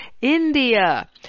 India